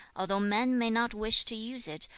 although men may not wish to use it,